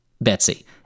Betsy